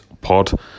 pod